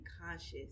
conscious